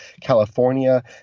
california